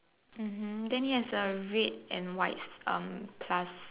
mmhmm then he has a red and white um plus